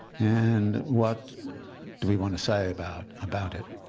and what do we want to say about about it?